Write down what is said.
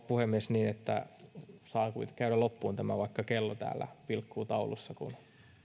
puhemies että saan käydä loppuun tämän vaikka kello täällä taulussa vilkkuu koska